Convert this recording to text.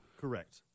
Correct